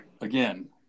Again